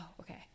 okay